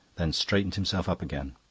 then straightened himself up again.